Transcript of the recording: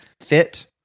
fit